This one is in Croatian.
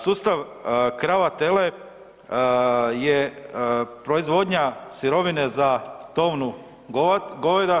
Sustav krava-tele je proizvodnja sirovine za tovna goveda.